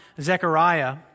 Zechariah